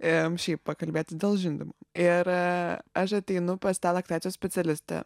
em šiaip pakalbėti dėl žindymo ir aš ateinu pas tą laktacijos specialistę